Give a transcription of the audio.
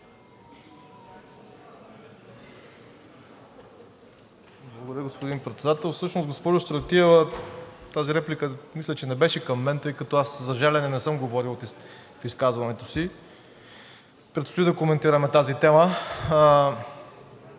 Благодаря, господин Председател. Всъщност, госпожо Стратиева, тази реплика мисля, че не беше към мен, тъй като аз за жалене не съм говорил в изказването си. Предстои да коментираме тази тема.